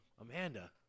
Amanda